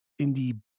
indie